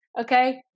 Okay